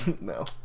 no